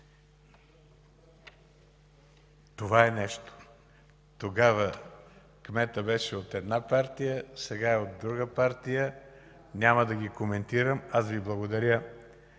Това е нещо! Тогава кметът беше от една партия, сега е от друга партия, няма да ги коментирам. Аз Ви благодаря